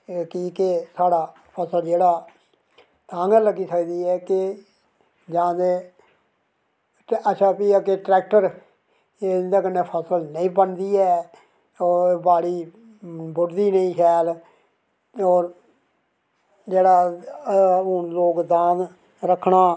एह् की के साढ़ा फसल जेह्ड़ा तां गै लग्गी सकदी ऐ कि जां ते अच्छा भी अग्गें ट्रैक्टर एह् इं'दे कन्नै फसल नेईं बनदी ऐ होर बाड़ी गोड्डियें ई पेई शैल बड़ा ओह् लोग दांद रक्खना